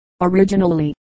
originally